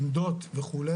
עמדות וכו',